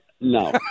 no